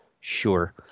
Sure